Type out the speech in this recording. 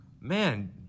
man